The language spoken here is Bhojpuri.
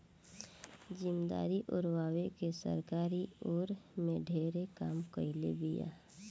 जमीदारी ओरवा के सरकार इ ओर में ढेरे काम कईले बिया